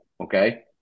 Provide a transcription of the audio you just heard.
Okay